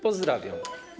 Pozdrawiam.